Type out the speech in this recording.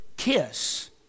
Kiss